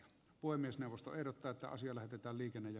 puhemiesneuvosto ehdottaa että asia lähetetään liikenne ja